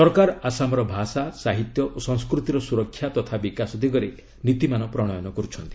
ସରକାର ଆସାମର ଭାଷା ସାହିତ୍ୟ ଓ ସଂସ୍କୃତିର ସୁରକ୍ଷା ତଥା ବିକାଶ ଦିଗରେ ନୀତିମାନ ପ୍ରଣୟନ କର୍ତ୍ଥନ୍ତି